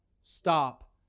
stop